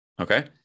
Okay